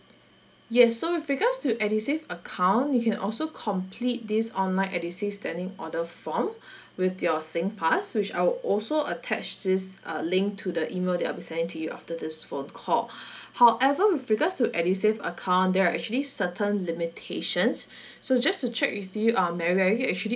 yes so with regards to edusave account you can also complete this online edusave standing order form with your sing pass which I'll also attach this uh link to the email that I'll be sending to you after this phone call however with regards to edusave account there are actually certain limitations so just to check with you uh mary are you actually